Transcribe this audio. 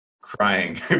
crying